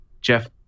Jeff